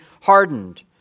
hardened